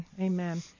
Amen